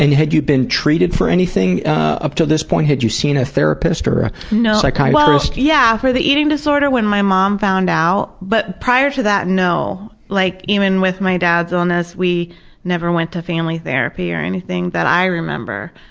and had you been treated for anything up to this point? had you seen a therapist or ah a psychiatrist? yeah, for the eating disorder, when my mom found out, but prior to that, no. like even with my dad's illness we never went to family therapy or anything that i remember,